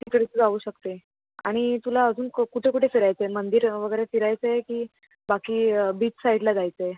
तिकडे तू जाऊ शकते आणि तुला अजून को कुठे कुठे फिरायचं आहे मंदिरं वगैरे फिरायचं आहे की बाकी बीच साईडला जायचं आहे